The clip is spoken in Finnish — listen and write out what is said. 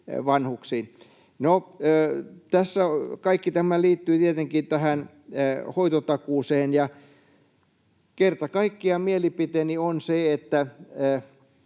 tämä liittyy tietenkin tähän hoitotakuuseen. Ja kerta kaikkiaan mielipiteeni on se, että